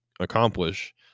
accomplish